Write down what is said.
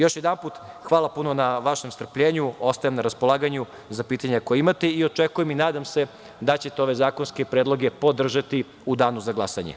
Još jednom, hvala puno na vašem strpljenju, ostajem na raspolaganju za pitanja koja imate i očekujem i nadam se da ćete ove zakonske predloge podržati u danu za glasanje.